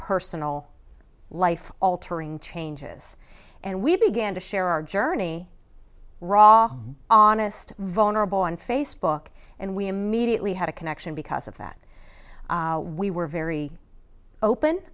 personal life altering changes and we began to share our journey raw honest vulnerable on facebook and we immediately had a connection because of that we were very open